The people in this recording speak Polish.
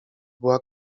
była